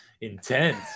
intense